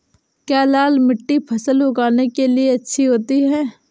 क्या लाल मिट्टी फसल उगाने के लिए अच्छी होती है?